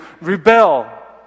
rebel